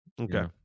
Okay